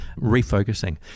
Refocusing